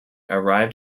arrived